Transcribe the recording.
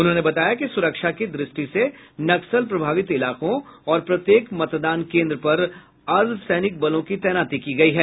उन्होंने बताया कि सुरक्षा की दृष्टि से नक्सल प्रभावित इलाकों और प्रत्येक मतदान केन्द्र पर अर्द्वसैनिक बलों की तैनाती की गयी है